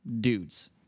dudes